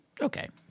Okay